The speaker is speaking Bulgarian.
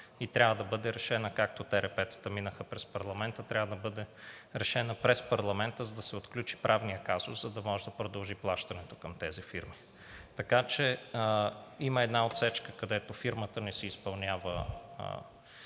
и трябва да бъде решена, както ТРП-тата минаха през парламента, трябва да бъде решена през парламента, за да се отключи правният казус, за да може да продължи плащането към тези фирми. Така че има една отсечка, където фирмата не си изпълнява